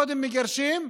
קודם מגרשים,